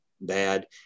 bad